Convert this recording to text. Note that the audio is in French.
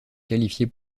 qualifier